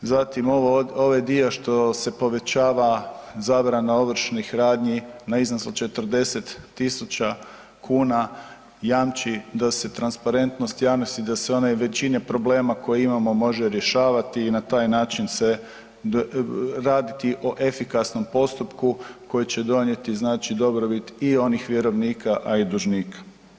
Zatim ovaj dio što se poveća zabrana ovršnih radnji na iznos od 40 000 kn jamči da se transparentnost javnosti, da se ona većina problema koju imamo možemo rješavati i na taj način se raditi o efikasnom postupku koji će donijeti znači dobrobit i onih vjerovnika a i dužnika.